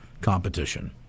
competition